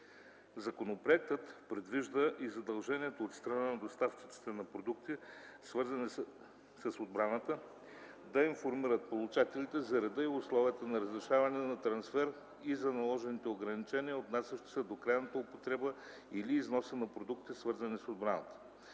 Законопроектът предвижда и задължението от страна на доставчиците на продукти, свързани с отбраната, да информират получателите за реда и условията на разрешението за трансфер и за наложените ограничения, отнасящи се до крайната употреба или износа на продукти, свързани с отбраната.